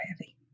heavy